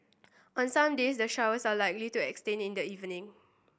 on some days the showers are likely to extend in the evening